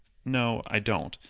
no, i don't.